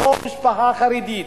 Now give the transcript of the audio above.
אותה משפחה חרדית,